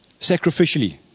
sacrificially